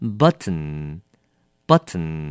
,button,button